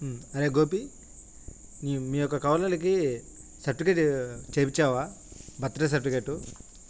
అరే గోపి మీ మీ యొక్క కవలులకి సర్టిఫికేట్ చేయించావా బర్త్ సర్టిఫికేటు